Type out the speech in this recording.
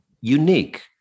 unique